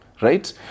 right